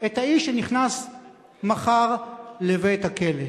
את האיש שנכנס מחר לבית-הכלא.